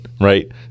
right